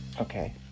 Okay